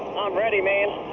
i'm ready, man.